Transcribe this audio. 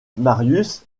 marius